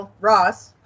Ross